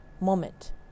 moment